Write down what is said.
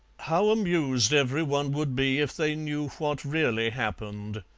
how amused every one would be if they knew what really happened,